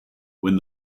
when